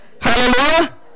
Hallelujah